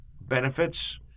benefits